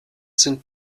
sind